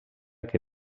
que